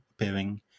appearing